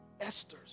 Esthers